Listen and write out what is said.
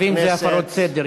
ערבים זה הפרות סדר.